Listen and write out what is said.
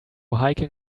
hiking